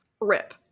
rip